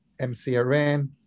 MCRN